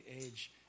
age